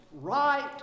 right